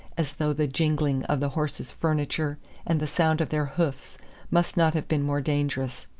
as though the jingling of the horses' furniture and the sound of their hoofs must not have been more dangerous.